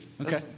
Okay